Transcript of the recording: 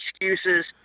excuses